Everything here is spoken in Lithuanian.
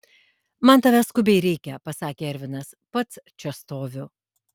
man tavęs skubiai reikia pasakė ervinas pats čia stoviu